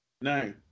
No